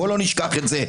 בואו לא נשכח את זה.